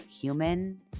human